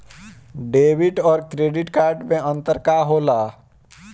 Debit और credit card मे अंतर का होला?